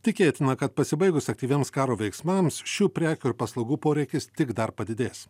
tikėtina kad pasibaigus aktyviems karo veiksmams šių prekių ir paslaugų poreikis tik dar padidės